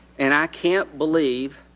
and i can't believe